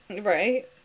Right